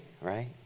right